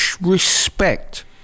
respect